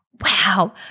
wow